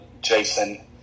Jason